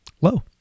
low